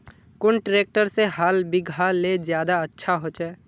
कुन ट्रैक्टर से हाल बिगहा ले ज्यादा अच्छा होचए?